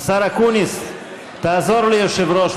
תעזור ליושב-ראש,